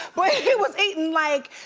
but he was eating like,